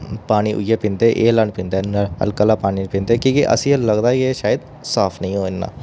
पानी इ'यै पींदे एह् आह्ला निं पींदे हैन नलके आह्ला पानी निं पींदे कि के असेंगी एह् लगदा कि एह् शायद साफ नेईं होऐ इन्ना